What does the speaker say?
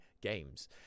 games